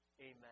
Amen